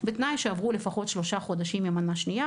בתנאי שעברו לפחות שלושה חודשים מהמנה השנייה